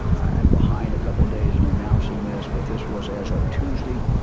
i'm behind a couple days in announcing this. but this was as of tuesday,